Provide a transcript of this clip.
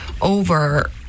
over